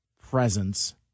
Presence